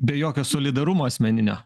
be jokio solidarumo asmeninio